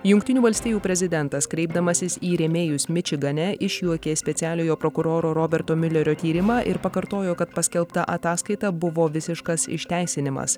jungtinių valstijų prezidentas kreipdamasis į rėmėjus mičigane išjuokė specialiojo prokuroro roberto miulerio tyrimą ir pakartojo kad paskelbta ataskaita buvo visiškas išteisinimas